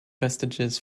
vestiges